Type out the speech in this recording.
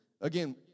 Again